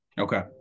Okay